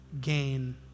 gain